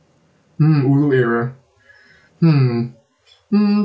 mm ulu area hmm mm